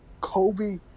Kobe